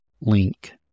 link